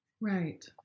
Right